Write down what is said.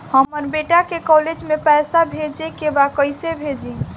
हमर बेटा के कॉलेज में पैसा भेजे के बा कइसे भेजी?